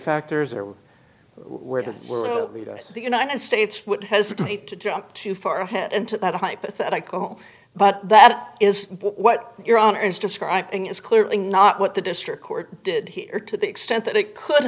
factors are where the the united states would hesitate to jump too far ahead into that hypothetical but that is what your honor is describing is clearly not what the district court did here to the extent that it could